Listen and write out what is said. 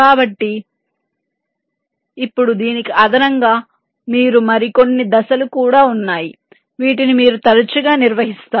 కాబట్టి ఇప్పుడు దీనికి అదనంగా మీకు మరికొన్ని దశలు కూడా ఉన్నాయి వీటిని మీరు తరచుగా నిర్వహిస్తారు